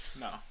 No